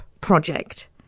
project